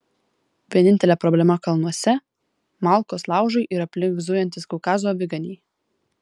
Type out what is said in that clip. vienintelė problema kalnuose malkos laužui ir aplink zujantys kaukazo aviganiai